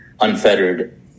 unfettered